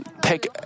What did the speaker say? take